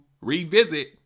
revisit